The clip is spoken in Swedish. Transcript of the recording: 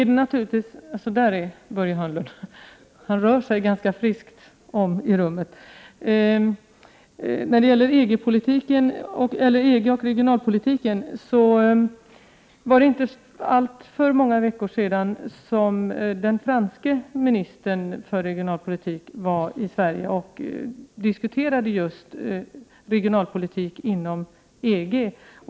Det är inte särskilt många veckor sedan den franske ministern för regionalpolitik var i Sverige för diskussioner om just regionalpolitiken inom EG.